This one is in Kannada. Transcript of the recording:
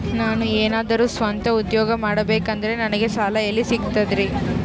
ನಾನು ಏನಾದರೂ ಸ್ವಂತ ಉದ್ಯೋಗ ಮಾಡಬೇಕಂದರೆ ನನಗ ಸಾಲ ಎಲ್ಲಿ ಸಿಗ್ತದರಿ?